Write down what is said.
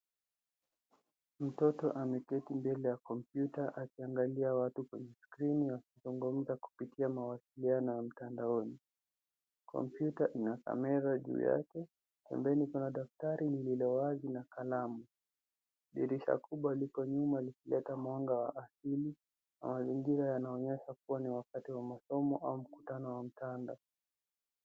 Mtoto ameketi mbele ya komyuta akiangalia watu kwenye skrini wakizungumza kupitia mawasiliano ya mitandaoni. Kompyuta ina kamera juu yake, pembeni kuna daftari lililo wazi na kalamu. Dirisha kubwa liko nyuma likileta mwanga wa asili na mazingira yanaonyesha kuwa ni wakati wa masomo au mkutano wa mtanda.